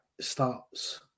starts